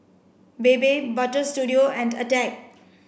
Bebe Butter Studio and Attack